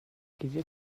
cuddio